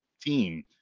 team